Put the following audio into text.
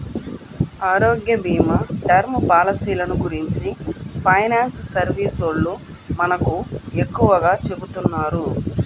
ఆరోగ్యభీమా, టర్మ్ పాలసీలను గురించి ఫైనాన్స్ సర్వీసోల్లు మనకు ఎక్కువగా చెబుతున్నారు